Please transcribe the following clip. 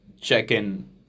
check-in